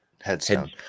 headstone